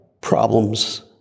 problems